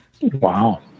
Wow